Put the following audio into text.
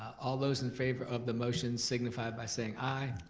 all those in favor of the motion, signify by saying i.